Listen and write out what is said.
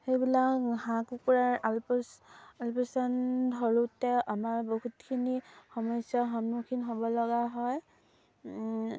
সেইবিলাক হাঁহ কুকুৰাৰ আলপৈচান ধৰোঁতে আমাৰ বহুতখিনি সমস্যাৰ সন্মুখীন হ'ব লগা হয়